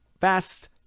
Fast